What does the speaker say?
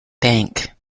bank